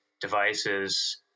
devices